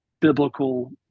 biblical